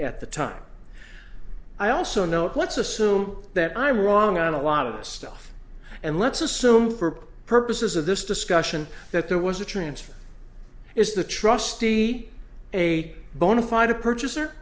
at the time i also know what's assume that i'm wrong on a lot of this stuff and let's assume for purposes of this discussion that there was a transfer is the trustee a bona fide purchaser